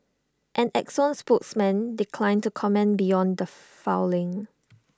an exxon spokesman declined to comment beyond the filing